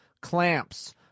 clamps